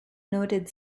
noted